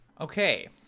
Okay